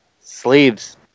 Sleeves